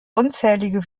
unzählige